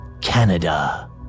Canada